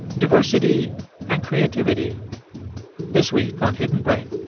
diversity and creativity this week on hidden brain